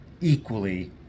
equally